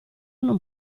non